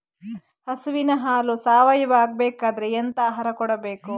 ಹಸುವಿನ ಹಾಲು ಸಾವಯಾವ ಆಗ್ಬೇಕಾದ್ರೆ ಎಂತ ಆಹಾರ ಕೊಡಬೇಕು?